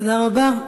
תודה רבה.